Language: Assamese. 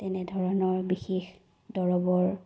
তেনেধৰণৰ বিশেষ দৰৱৰ